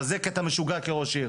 אבל זה כי אתה משוגע כראש עיר.